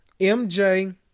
MJ